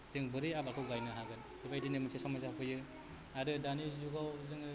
जों बोरै आबादखौ गायनो हागोन बेबायदिनो मोनसे सम नुजाफैयो आरो दानि जुगाव जोङो